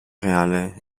reale